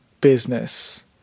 business